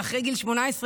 ואחרי גיל 18,